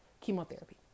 chemotherapy